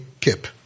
kip